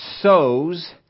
sows